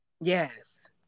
Yes